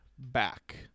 back